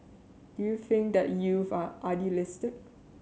do you think that youth are idealistic